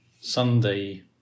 Sunday